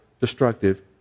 destructive